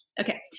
Okay